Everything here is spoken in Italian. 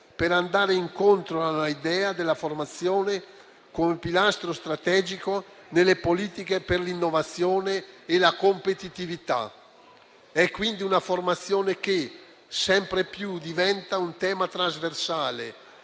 per andare incontro a un'idea della formazione come pilastro strategico nelle politiche per l'innovazione e la competitività. È quindi una formazione che sempre più diventa un tema trasversale,